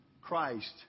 Christ